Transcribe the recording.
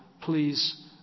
please